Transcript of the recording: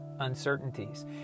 uncertainties